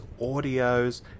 audios